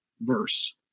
verse